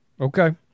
Okay